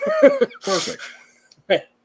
Perfect